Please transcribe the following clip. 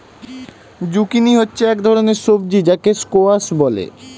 zucchini হচ্ছে এক ধরনের সবজি যাকে স্কোয়াশ বলে